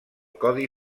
codi